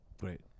Great